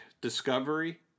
Discovery